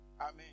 Amen